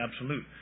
absolute